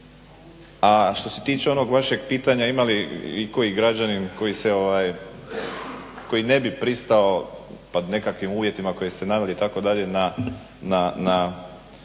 A što se tiče onog vašeg pitanja ima li ikoji građanin koji ne bi pristao pod nekakvim uvjetima koje ste naveli itd. na